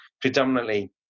predominantly